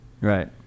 Right